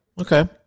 okay